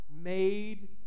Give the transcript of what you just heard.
made